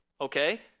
Okay